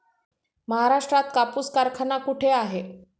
महाराष्ट्रात कापूस कारखाना कुठे आहे?